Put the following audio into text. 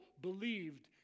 believed